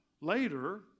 later